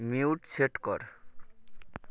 mute set কর